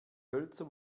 hölzer